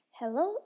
Hello